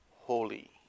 holy